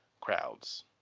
crowds